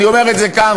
אני אומר את זה כאן,